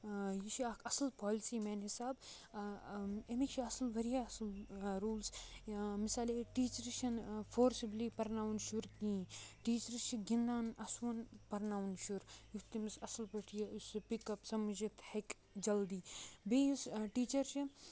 یہِ چھِ اکھ اَصٕل پولسی میانہِ حِسابہٕ اَمِکۍ چھِ اَصٕل واریاہ اَصٕل روٗلز یا مثال ییٚتہِ ٹیٖچرٕ چھےٚ نہٕ فورسبلی پَرناوان شُر کہیٖنۍ ٹیٖچرس چھِ گِندان اَسوُن پَرناوُن شُر یُس تٔمِس اَصٕل پٲٹھۍ یہِ یُس سُہ پِک اَپ سَمجِتھ ہیٚکہِ جلدی بیٚیہِ یُس ٹیٖچر چھُ